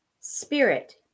spirit